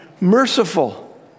merciful